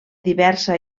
diversa